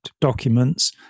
documents